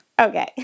Okay